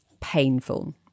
painful